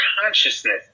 consciousness